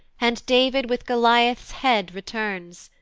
and david with goliath's head returns,